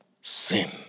sin